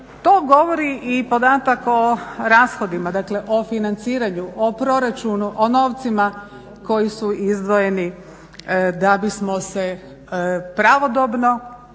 To govori i podatak o rashodima, dakle o financiranju, o proračunu, o novcima koji su izdvojeni da bismo se pravodobno